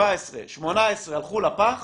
17', 18' הלכו לפח,